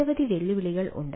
നിരവധി വെല്ലുവിളികൾ ഉണ്ട്